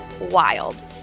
wild